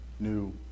new